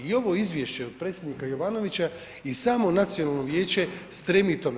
I ovo izvješće od predsjednika Jovanovića i samo Nacionalno vijeće stremi tome.